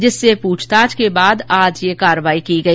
जिससे प्रछताछ के बाद आज ये कार्यवाही की गई